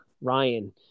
Ryan